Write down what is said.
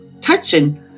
touching